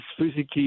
physically